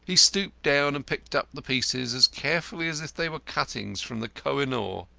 he stooped down and picked up the pieces as carefully as if they were cuttings from the koh-i-noor.